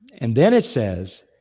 and then it says,